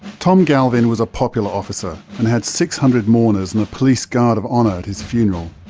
tom galvin was a popular officer and had six hundred mourners and a police guard of honour at his funeral.